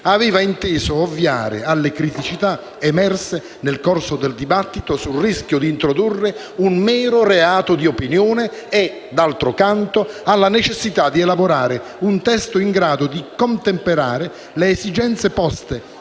aveva inteso ovviare alle criticità emerse nel corso del dibattito sul rischio di introdurre un mero reato di opinione e, d'altro canto, alla necessità di elaborare un testo in grado di contemperare le esigenze poste